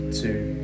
two